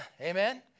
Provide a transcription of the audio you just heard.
Amen